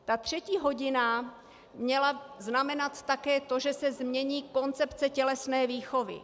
Ta třetí hodina měla znamenat také to, že se změní koncepce tělesné výchovy.